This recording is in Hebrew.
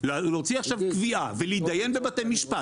להוציא עכשיו קביעה ולהתדיין בבתי משפט,